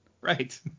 Right